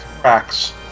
cracks